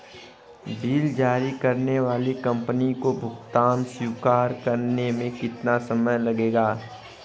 Bill जारी करने वाली कंपनी को भुगतान स्वीकार करने में कितना समय लगेगा?